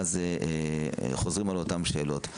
ואז חוזרים על אותן שאלות.